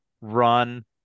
run